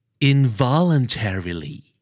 Involuntarily